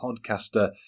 podcaster